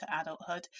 adulthood